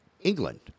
England